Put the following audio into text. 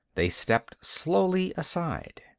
they stepped slowly aside.